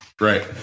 Right